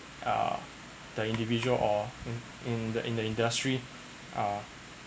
err the individual or in the in the industry